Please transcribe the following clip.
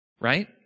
right